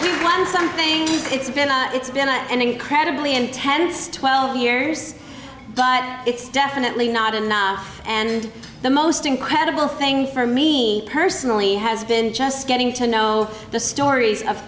god something it's been it's been an incredibly intense twelve years but it's definitely not enough and the most incredible thing for me personally has been just getting to know the stories of